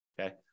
Okay